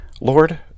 Lord